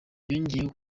yongeyeho